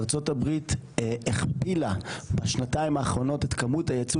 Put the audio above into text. ארצות הברית הכפילה בשנתיים האחרונות את כמות הייצוא